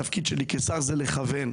התפקיד שלי כשר זה לכוון,